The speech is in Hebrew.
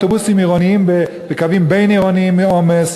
אוטובוסים עירוניים בקווים בין-עירוניים בשל העומס.